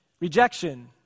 Rejection